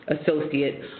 associate